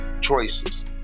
choices